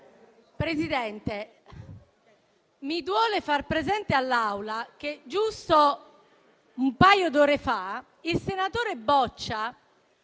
Presidente, mi duole far presente all'Assemblea che giusto un paio d'ore fa il senatore Boccia